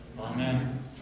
Amen